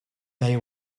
they